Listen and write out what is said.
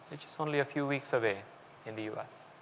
which is only a few weeks away in the u. s.